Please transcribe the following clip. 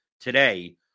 today